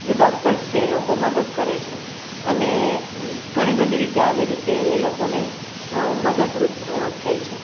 જે ડોક્ટર્સ છે એ લોકો મદદ કરે છે અને ઘણી બધી રીતે આવી રીતે એ લોકોને મદદ રૂપ થાય છે